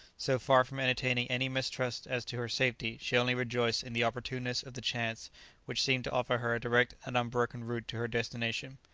so far from entertaining any mistrust as to her safety, she only rejoiced in the opportuneness of the chance which seemed to offer her a direct and unbroken route to her destination.